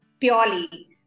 purely